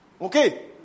Okay